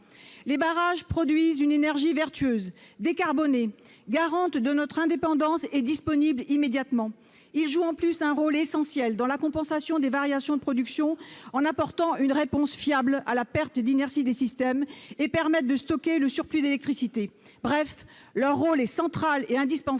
Les barrages produisent une énergie vertueuse, décarbonée, garante de notre indépendance et disponible immédiatement. Ils jouent de plus un rôle essentiel dans la compensation des variations de production en apportant une réponse fiable à la perte d'inertie des systèmes. Ils permettent enfin de stocker le surplus d'électricité. Bref, leur rôle est central et indispensable